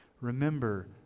Remember